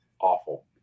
awful